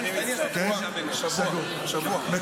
שבוע?